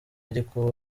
ariko